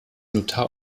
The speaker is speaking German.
notar